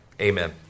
Amen